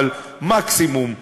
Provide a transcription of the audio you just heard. אבל מקסימום,